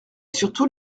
surtout